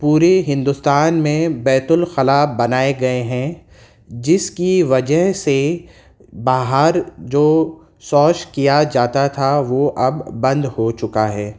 پورے ہندوستان میں بیت الخلاء بنائے گیے ہیں جس کی وجہ سے باہر جو شوچ کیا جاتا تھا وہ اب بند ہو چکا ہے